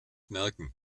merken